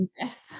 yes